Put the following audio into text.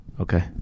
Okay